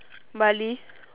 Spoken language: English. bali